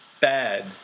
bad